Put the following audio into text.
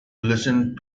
listen